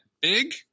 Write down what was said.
big